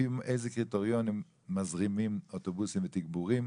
לפי אילו קריטריונים מזרימים אוטובוסים ותגבורים,